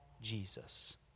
Jesus